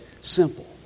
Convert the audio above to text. simple